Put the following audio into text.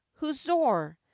huzor